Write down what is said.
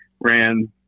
ran